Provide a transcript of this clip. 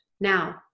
Now